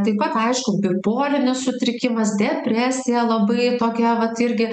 taip pat aišku bipolinis sutrikimas depresija labai tokia vat irgi